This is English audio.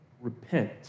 repent